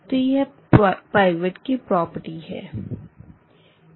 तो यह पाइवट की प्रॉपर्टी है